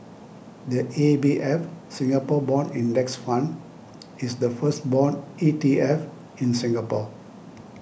the A B F Singapore Bond Index Fund is the first bond E T F in Singapore